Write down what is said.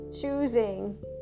choosing